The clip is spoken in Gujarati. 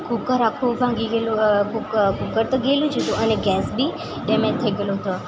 કૂકર આખું ભાંગી ગેલું કૂકર તો ગયેલું જ હતું અને ગેસ બી ડેમેજ થઈ ગયેલો હતો